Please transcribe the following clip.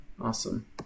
awesome